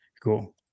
Cool